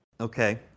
Okay